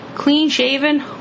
Clean-shaven